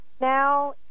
now